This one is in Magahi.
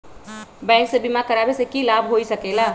बैंक से बिमा करावे से की लाभ होई सकेला?